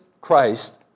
Christ